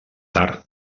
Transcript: tard